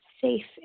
safe